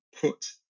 put